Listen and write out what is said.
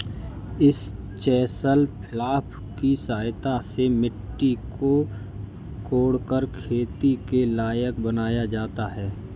इस chisel plough की सहायता से मिट्टी को कोड़कर खेती के लायक बनाया जाता है